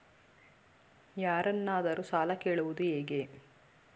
ಯಾರನ್ನಾದರೂ ಸಾಲ ಕೇಳುವುದು ಹೇಗೆ?